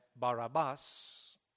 Barabbas